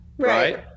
Right